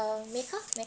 mecca